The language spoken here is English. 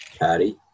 Patty